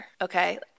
okay